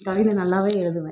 கவிதை நல்லாவே எழுதுவேன்